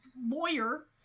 lawyer